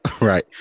Right